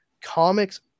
Comics